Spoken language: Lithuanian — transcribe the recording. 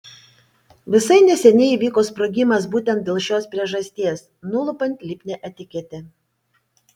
visai neseniai įvyko sprogimas būtent dėl šios priežasties nulupant lipnią etiketę